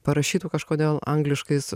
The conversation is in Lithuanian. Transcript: parašytu kažkodėl angliškais